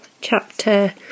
chapter